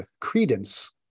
credence